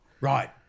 Right